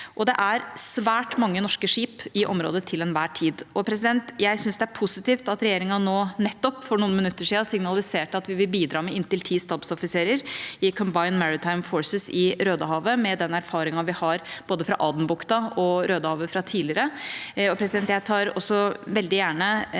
Det er svært mange norske skip i området til enhver tid. Jeg syns det er positivt at regjeringa nå nettopp, for noen minutter siden, signaliserte at vi vil bidra med inntil ti stabsoffiserer i Combined Maritime Forces i Rødehavet, med den erfaringen vi har fra både Adenbukta og Rødehavet fra tidligere.